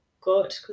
good